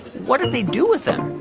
what did they do with them?